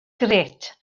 grêt